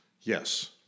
Yes